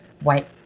white